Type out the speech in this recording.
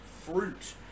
fruit